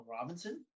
Robinson